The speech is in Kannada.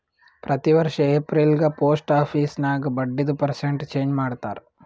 ಪ್ರತಿ ವರ್ಷ ಎಪ್ರಿಲ್ಗ ಪೋಸ್ಟ್ ಆಫೀಸ್ ನಾಗ್ ಬಡ್ಡಿದು ಪರ್ಸೆಂಟ್ ಚೇಂಜ್ ಮಾಡ್ತಾರ್